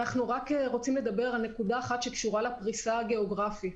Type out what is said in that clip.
אנחנו רוצים לדבר על נקודה אחת שקשורה לפריסה הגאוגרפית.